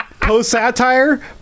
post-satire